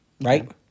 right